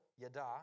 yada